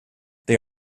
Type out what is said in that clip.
they